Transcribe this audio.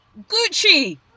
Gucci